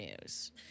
news